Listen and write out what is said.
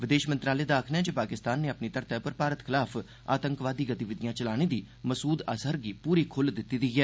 वदेश मंत्रालय दा आक्खना ऐ जे पाकिस्तान नै ओदी धरती उप्पर भारत खलाफ आतंकवादी गतिविधियां चलाने दी मसूद अज़हर गी पूरी ख़ुल्ल दिती दी ऐ